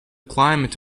climate